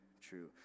true